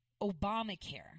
Obamacare